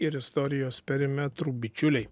ir istorijos perimetrų bičiuliai